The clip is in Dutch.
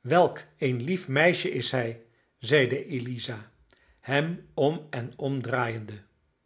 welk een lief meisje is hij zeide eliza hem om